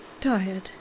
tired